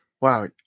Wow